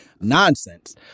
nonsense